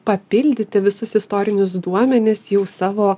papildyti visus istorinius duomenis jau savo